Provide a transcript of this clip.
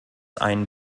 einen